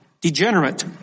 degenerate